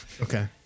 Okay